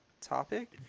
topic